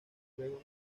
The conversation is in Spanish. luego